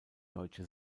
deutsche